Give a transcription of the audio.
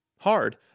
hard